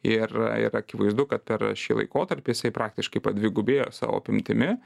ir ir akivaizdu kad per šį laikotarpį jisai praktiškai padvigubėjo savo apimtimi